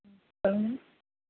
ம் சொல்லுங்கள்